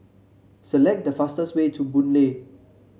select the fastest way to Boon Lay